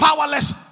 powerless